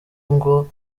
ngo